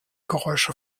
geräusche